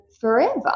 forever